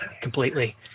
completely